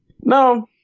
No